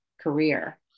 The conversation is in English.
career